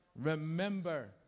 remember